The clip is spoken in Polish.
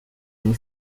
ani